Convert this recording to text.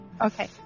Okay